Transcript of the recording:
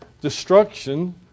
Destruction